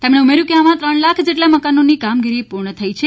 તેમણે ઉમેર્યુ કે આમાં ત્રણ લાખ જેટલા મકાનોની કામગીરી પૂર્ણ થઇ છે